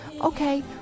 Okay